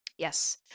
Yes